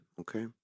okay